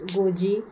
goji